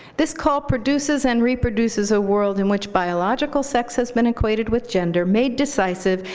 this call produces and reproduces a world in which biological sex has been equated with gender, made decisive,